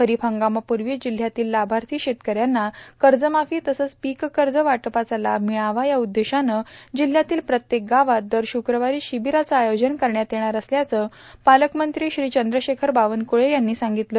खरीप हंगामापूर्वी जिल्हयातील लाभार्थी शेतकऱ्यांना कर्जमाफी तसंच पीक कर्ज वाटपाचा लाभ मिळावा या उद्देशानं जिल्हयातील प्रत्येक गावात दर श्रक्रवारी शिबीराचं आयोजन करण्यात येणार असल्याचं पालकमंत्री श्री चंद्रशेखर बावनकुळे यांनी सांगितलं